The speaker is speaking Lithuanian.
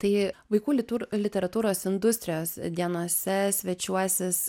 tai vaikų litur literatūros industrijos dienose svečiuosis